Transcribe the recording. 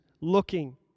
looking